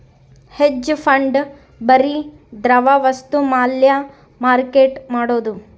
hedge fund ಬರಿ ದ್ರವ ವಸ್ತು ಮ್ಯಾಲ ಮಾರ್ಕೆಟ್ ಮಾಡೋದು